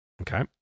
Okay